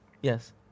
Yes